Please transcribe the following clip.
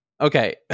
Okay